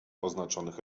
oznaczonych